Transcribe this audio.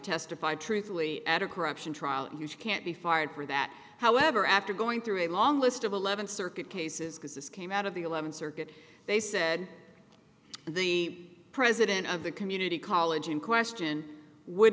testify truthfully at a corruption trial and you can't be fired for that however after going through a long list of eleventh circuit cases because this came out of the eleventh circuit they said and the president of the community college in question would